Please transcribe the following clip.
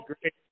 great